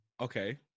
Okay